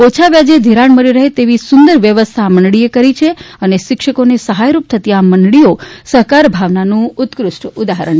ઓછા વ્યાજે ઘિરાણ મળી રહે તેવી સુંદર વ્યવસ્થા આ મંડળીએ કરી છે અને શિક્ષકોને સહાયરૂપ થતી આ મંડળીઓ સહકાર ભાવનાનું ઉત્કૃષ્ટ ઉદાહરણ છે